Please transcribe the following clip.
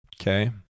okay